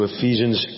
Ephesians